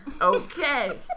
okay